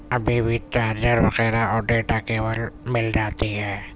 ابھی بھی چارجر وغیرہ اور ڈیٹا کیبل مل جاتی ہے